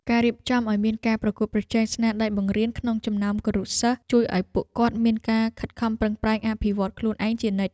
ការរៀបចំឱ្យមានការប្រកួតប្រជែងស្នាដៃបង្រៀនក្នុងចំណោមគរុសិស្សជួយឱ្យពួកគាត់មានការខិតខំប្រឹងប្រែងអភិវឌ្ឍខ្លួនឯងជានិច្ច។